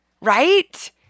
right